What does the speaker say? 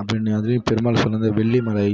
அப்படினு அதுவே பெருமாள் சொன்னது வெள்ளிமலை